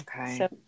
Okay